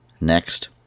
next